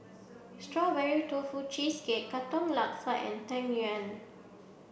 Strawberry Tofu Cheesecake Katong Laksa and Tang Yuen